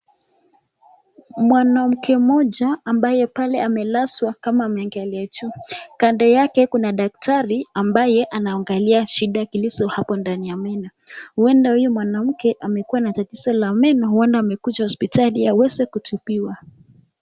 Mwanamke mmoja ambaye pale amelazwa kama ameangalia juu. Kando yake kuna daktari ambaye anaangalia shida zilizo hapo ndani ya meno. Huenda huyu mwanamke amekuwa na tatizo la meno, huenda amekuja hospitali aweze kutibiwa.